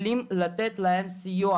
כלים לתת להם סיוע,